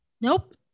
Nope